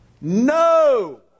No